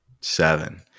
Seven